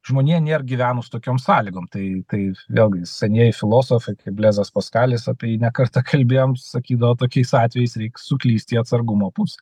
žmonija nėr gyvenus tokiom sąlygom tai tai vėlgi senieji filosofai blezas paskalis apie jį ne kartą kalbėjom sakydavo tokiais atvejais reik suklysti į atsargumo pusę